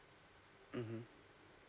mmhmm